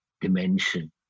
dimension